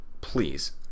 Please